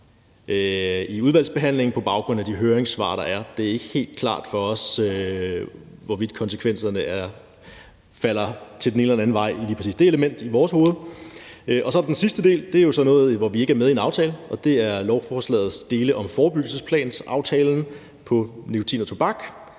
i udvalgsbehandlingen på baggrund af de høringssvar, der er. Det er ikke helt klart for os, hvorvidt konsekvenserne falder til den ene eller den anden side i lige præcis det element. Så er der den sidste del. Det er så noget, hvor vi ikke er med i en aftale, og det er lovforslagets dele om forebyggelsesplansaftalen vedrørende nikotin og tobak